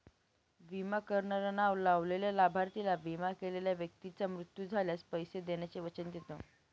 विमा करणारा नाव लावलेल्या लाभार्थीला, विमा केलेल्या व्यक्तीचा मृत्यू झाल्यास, पैसे देण्याचे वचन देतो